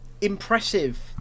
impressive